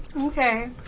Okay